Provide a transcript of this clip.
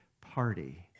party